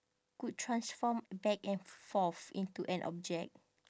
could transform back and forth into an object